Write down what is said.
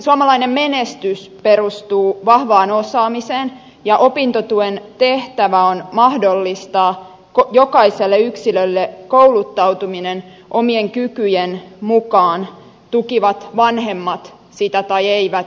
suomalainen menestys perustuu vahvaan osaamiseen ja opintotuen tehtävä on mahdollistaa jokaiselle yksilölle kouluttautuminen omien kykyjen mukaan tukivat vanhemmat sitä tai eivät